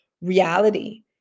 reality